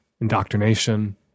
indoctrination